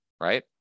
right